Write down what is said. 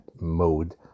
mode